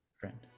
friend